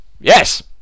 yes